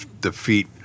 defeat